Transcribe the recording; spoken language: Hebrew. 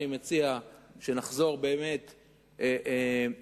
אני מציע שנחזור באמת למציאות,